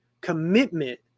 commitment